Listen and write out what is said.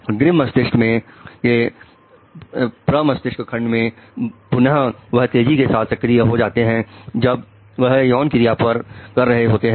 अग्रिम मस्तिष्क के प्रमस्तिष्क खंड में पुनः वह तेजी के साथ सक्रिय हो जाते हैं जब वह यौन क्रिया कर रहे होते हैं